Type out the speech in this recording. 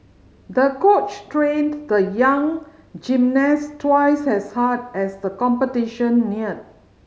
the coach trained the young gymnast twice as hard as the competition neared